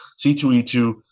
C2E2